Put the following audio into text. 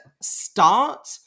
start